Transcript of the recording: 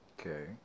okay